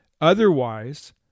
Otherwise